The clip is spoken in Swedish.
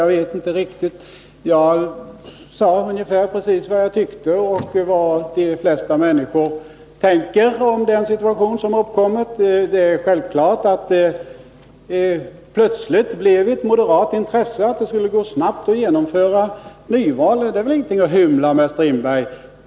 Jag sade dock precis vad jag tycker och ungefär vad de flesta människor tänker om den situation som har uppkommit. Självfallet blev det plötsligt ett moderat intresse att det skulle gå snabbt att genomföra ett nyval. Det är väl inget att hymla om, herr Strindberg.